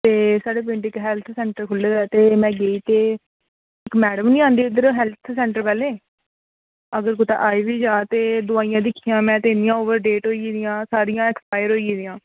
ते साढ़े पिंड इक्क हैल्थ सेंटर खु'ल्ले दा ते में गेई ते इक्क मैड़म निं आंदी इक्क हैल्थ सेंटर पैह्ले अगर कुतै आई बी जा ते दोआइयां दिक्खियां में ते इन्नियां ओवरडेट होई गेदियां सारियां एक्सपायर होई गेदियां